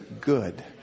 good